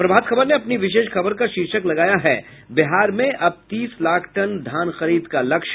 प्रभात खबर ने अपनी विशेष खबर का शीर्षक लगाया है बिहार में अब तीस लाख टन धान खरीद का लक्ष्य